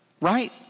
right